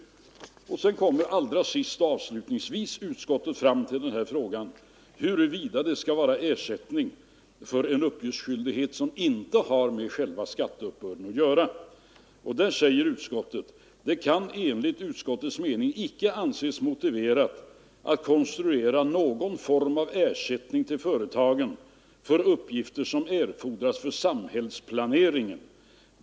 Avslutningsvis kommer utskottet sedan fram till frågan huruvida det skall utgå ersättning för uppgiftslämnande som inte har med själva skatteuppbörden att göra. Där säger utskottet: ”Det kan enligt skatteutskottets mening inte anses motiverat att konstruera någon form av ersättning till företagen för uppgifter som erfordras för samhällsplaneringen.